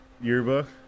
yearbook